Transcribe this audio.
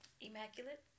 Immaculate